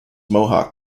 mohawk